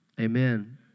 Amen